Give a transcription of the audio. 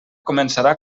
començarà